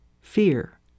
Fear